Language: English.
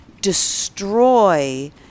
destroy